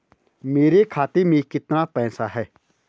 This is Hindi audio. मेरे खाते में कितना पैसा है?